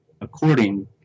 according